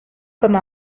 comme